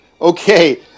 Okay